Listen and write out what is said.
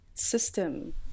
system